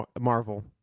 Marvel